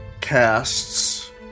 Casts